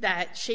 that sh